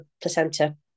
placenta